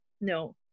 No